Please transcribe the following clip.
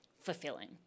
fulfilling